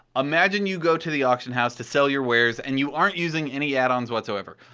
imagine you go to the auction house to sell your wares and you aren't using any addons whatsoever.